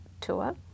tour